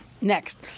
Next